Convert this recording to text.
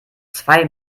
zwei